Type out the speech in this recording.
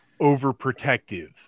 overprotective